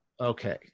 Okay